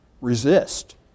resist